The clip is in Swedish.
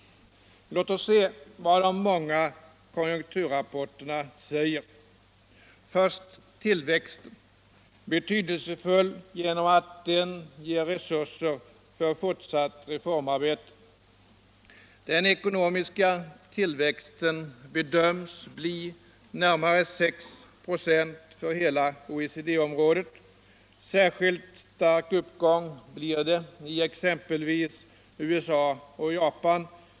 Låt oss se vad de många konjunkturrapporterna säger — först beträffande tillväxten. betydelsefull genom att den ger resurser för fortsatt reformurbete. Den ckonomiska tillväxten bedöms bli närmare 6 26 för hela OECD området. Särskilt stark uppgång blir det i exempelvis USA och Japan.